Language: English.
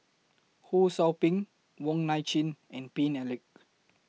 Ho SOU Ping Wong Nai Chin and Paine Eric